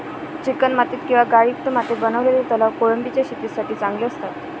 चिकणमाती किंवा गाळयुक्त मातीत बनवलेले तलाव कोळंबीच्या शेतीसाठी चांगले असतात